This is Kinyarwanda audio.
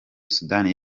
sudani